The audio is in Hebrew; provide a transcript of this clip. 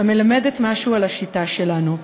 מלמדת משהו על השיטה שלנו.